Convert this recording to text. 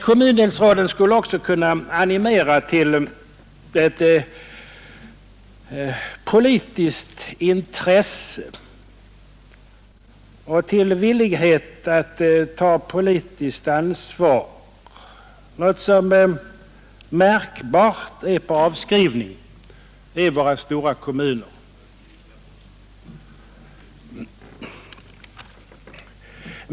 Kommundelsråden skulle också kunna animera till ett politiskt intresse och till villighet att ta politiskt ansvar, något som märkbart är på avskrivning i våra stora kommuner.